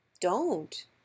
Don't